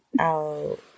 Out